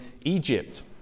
Egypt